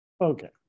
Okay